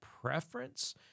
preference